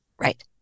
Right